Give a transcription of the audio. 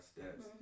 steps